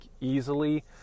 easily